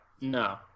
no